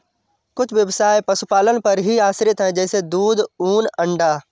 कुछ ब्यवसाय पशुपालन पर ही आश्रित है जैसे दूध, ऊन, अंडा